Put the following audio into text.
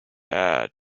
had